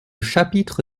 chapitre